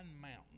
Mountain